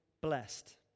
blessed